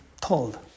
told